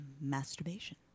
masturbation